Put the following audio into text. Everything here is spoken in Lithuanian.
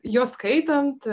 juos skaitant